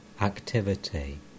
activity